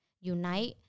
unite